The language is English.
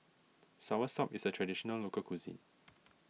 Soursop is a Traditional Local Cuisine